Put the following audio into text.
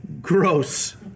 gross